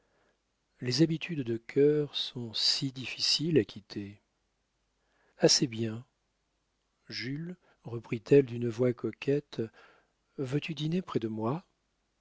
les habitudes de cœur sont si difficiles à quitter assez bien jules reprit-elle d'une voix coquette veux-tu dîner près de moi